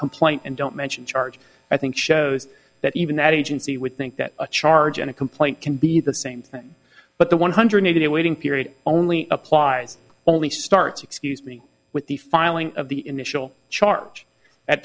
complaint and don't mention charge i think shows that even that agency would think that a charge and a complaint can be the same thing but the one hundred eighty day waiting period only applies only starts excuse me with the filing of the initial charge at